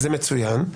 זה מצוין.